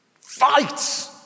Fight